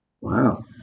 Wow